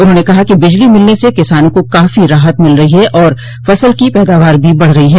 उन्होंने कहा कि बिजली मिलने से किसानों को काफी राहत मिल रही है और फसल की पैदावार भी बढ़ रही है